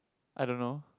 I don't know